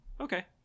okay